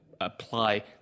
apply